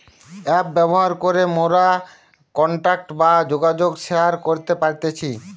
app ব্যবহার করে মোরা কন্টাক্ট বা যোগাযোগ শেয়ার করতে পারতেছি